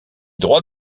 droits